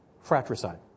fratricide